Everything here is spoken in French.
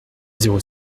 zéro